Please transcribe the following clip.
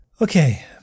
Okay